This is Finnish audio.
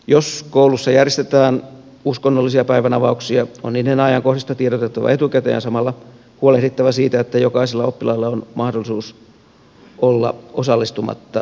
jos koulussa järjestetään uskonnollisia päivänavauksia on niiden ajankohdista tiedotettava etukäteen ja samalla huolehdittava siitä että jokaisella oppilaalla on mahdollisuus olla osallistumatta niihin